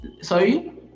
Sorry